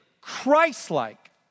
Christ-like